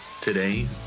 Today